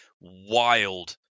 wild